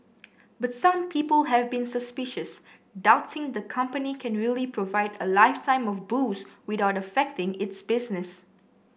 but some people have been suspicious doubting the company can really provide a lifetime of booze without affecting its business